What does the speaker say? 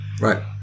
Right